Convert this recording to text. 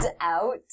out